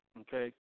okay